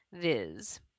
viz